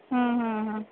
ହୁଁ ହୁଁ ହୁଁ